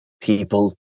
people